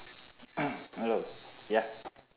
hello ya